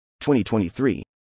2023